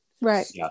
right